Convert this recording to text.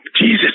Jesus